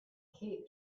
cape